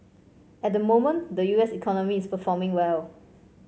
at the moment the U S economy is performing well